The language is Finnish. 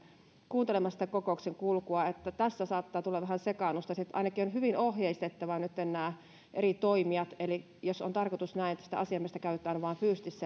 kuuntelemassa sitä kokouksen kulkua tässä saattaa tulla vähän sekaannusta ainakin on hyvin ohjeistettava nytten nämä eri toimijat jos on tarkoitus näin että sitä asiamiestä käytetään vain fyysisesti